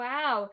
Wow